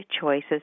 choices